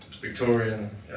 Victorian